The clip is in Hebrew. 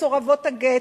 מסורבות הגט,